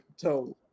told